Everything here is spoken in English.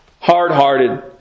hard-hearted